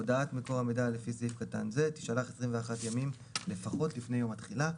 הודעת מקור המידע לפי סעיף קטן זה תשלח 21 ימים לפחות לפני יום התחילה".